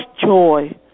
joy